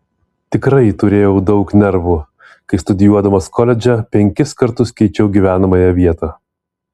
tikrai turėjau daug nervų kai studijuodamas koledže penkis kartus keičiau gyvenamąją vietą